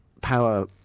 power